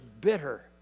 bitter